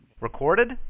Recorded